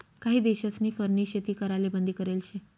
काही देशस्नी फरनी शेती कराले बंदी करेल शे